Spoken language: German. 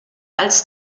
als